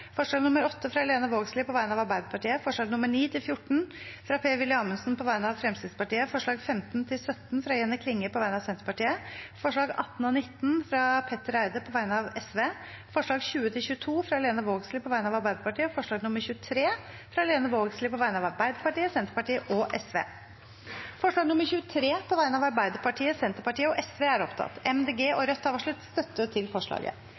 forslag nr. 8, fra Lene Vågslid på vegne av Arbeiderpartiet forslagene nr. 9–14, fra Per-Willy Amundsen på vegne av Fremskrittspartiet forslagene nr. 15–17 fra Jenny Klinge på vegne av Senterpartiet forslagene nr. 18 og 19, fra Petter Eide på vegne av Sosialistisk Venstreparti forslagene nr. 20–22, fra Lene Vågslid på vegne av Arbeiderpartiet forslag nr. 23, fra Lene Vågslid på vegne av Arbeiderpartiet, Senterpartiet og Sosialistisk Venstreparti Det voteres over forslag nr. 23, fra Arbeiderpartiet, Senterpartiet og Sosialistisk Venstreparti. Forslaget lyder: «Stortinget ber regjeringen følge opp Barneombudets anbefalinger til oversikt og